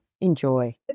Enjoy